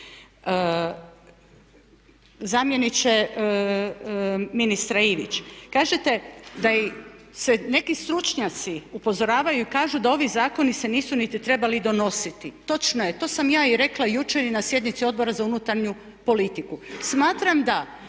Zamjeniče ministra Ivić, kažete da i neki stručnjaci upozoravaju i kažu da ovi zakoni se nisu niti trebali donositi. Točno je, to sam ja i rekla i jučer i na sjednici Odbora za unutarnju politiku. Smatram da